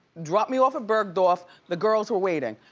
dropped me off at bergdorf. the girls were waiting.